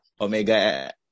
Omega